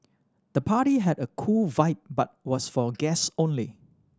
the party had a cool vibe but was for guest only